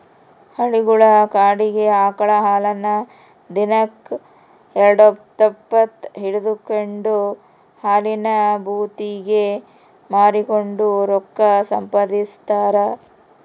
ಹಳ್ಳಿಗುಳ ಕಡಿಗೆ ಆಕಳ ಹಾಲನ್ನ ದಿನಕ್ ಎಲ್ಡುದಪ್ಪ ಹಿಂಡಿಕೆಂಡು ಹಾಲಿನ ಭೂತಿಗೆ ಮಾರಿಕೆಂಡು ರೊಕ್ಕ ಸಂಪಾದಿಸ್ತಾರ